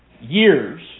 years